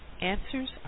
answers